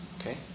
Okay